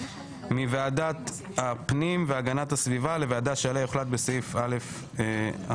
מוועדת הפנים והגנת הסביבה לוועדה שעליה יוחלט בסעיף א1.